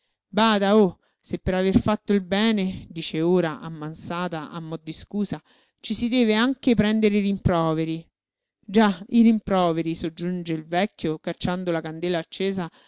bada oh se per aver fatto il bene dice ora ammansata a mo di scusa ci si deve anche prendere i rimproveri già i rimproveri soggiunge il vecchio cacciando la candela accesa